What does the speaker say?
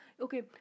Okay